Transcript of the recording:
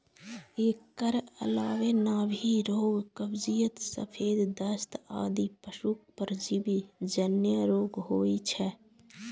एकर अलावे नाभि रोग, कब्जियत, सफेद दस्त आदि पशुक परजीवी जन्य रोग होइ छै